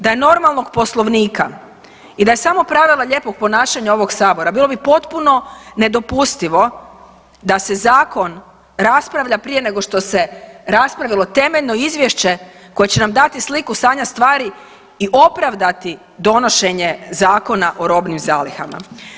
Da je normalnog Poslovnika i da je samo pravila lijepog ponašanja ovog Sabora bilo bi potpuno nedopustivo da se zakon raspravlja prije nego što se raspravilo temeljno izvješće koje će nam dati sliku stanja stvari i opravdati donošenje Zakona o robnim zalihama.